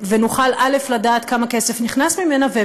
ונוכל לדעת כמה כסף נכנס ממנה,